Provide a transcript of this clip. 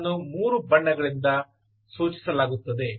ಇವುಗಳನ್ನು 3 ಬಣ್ಣಗಳಿಂದ ಸೂಚಿಸಲಾಗುತ್ತದೆ